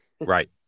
Right